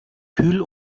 kühl